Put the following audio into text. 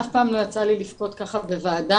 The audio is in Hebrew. אף פעם לא יצא לי לבכות ככה בוועדה.